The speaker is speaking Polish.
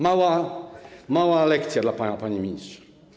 Mała lekcja dla pana, panie ministrze.